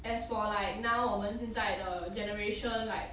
as for like now 我们现在的 generation like